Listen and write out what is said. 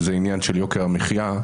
וזה עניין של יוקר המחיה.